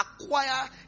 acquire